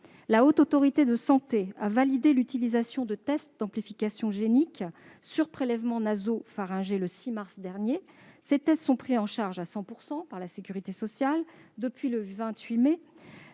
La Haute Autorité de santé a validé l'utilisation de tests d'amplification génique sur prélèvement nasopharyngé le 6 mars dernier. Ces tests sont pris en charge à 100 % par la sécurité sociale depuis le 28 mai.